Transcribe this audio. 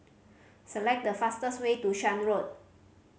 select the fastest way to Shan Road